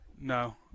No